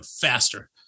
faster